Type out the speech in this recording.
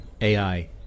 AI